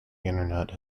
internet